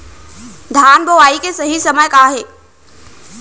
धान बोआई के सही समय का हे?